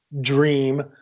dream